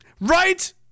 right